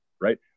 right